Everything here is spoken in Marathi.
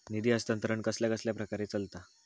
निधी हस्तांतरण कसल्या कसल्या प्रकारे चलता?